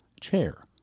chair